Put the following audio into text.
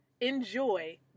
Enjoy